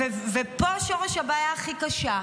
ופה שורש הבעיה הכי קשה.